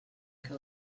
que